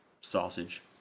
sausage